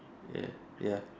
ya ya